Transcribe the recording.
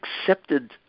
accepted